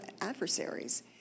adversaries